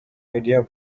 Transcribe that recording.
idea